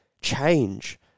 change